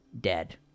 dead